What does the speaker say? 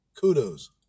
kudos